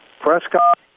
Prescott